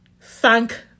Thank